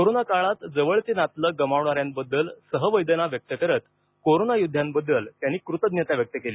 corona काळात जवळचे नातलग गमावणा यांबद्दल सहवेदना व्यक्त करत कोरोना योध्याबद्दल त्यांनी कृतज्ञता व्यक्त केली